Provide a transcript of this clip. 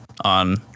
on